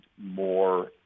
more